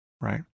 right